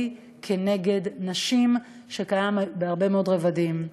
כלפי נשים שקיים בהרבה מאוד רבדים.